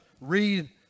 read